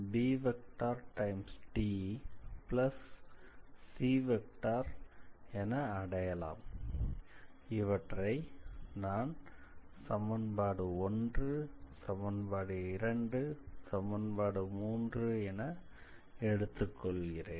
இவற்றை நான் சமன்பாடு 1 சமன்பாடு 2 சமன்பாடு 3 என எடுத்துக் கொள்கிறேன்